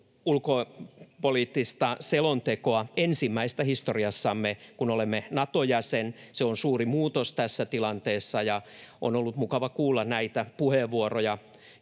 ulkopoliittista selontekoa, ensimmäistä historiassamme, kun olemme Nato-jäsen. Se on suuri muutos tässä tilanteessa, ja on ollut mukava kuulla näitä puheenvuoroja,